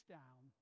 down